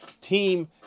Team